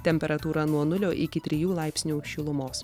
temperatūra nuo nulio iki trijų laipsnių šilumos